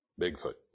Bigfoot